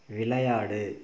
விளையாடு